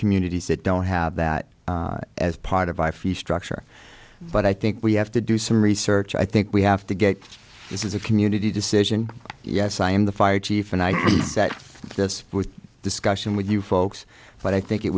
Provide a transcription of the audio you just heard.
communities that don't have that as part of my fee structure but i think we have to do some research i think we have to get this is a community decision yes i am the fire chief and i set this discussion with you folks but i think it